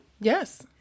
Yes